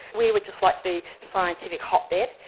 we were just like the scientific hotbed.